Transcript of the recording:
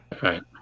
Right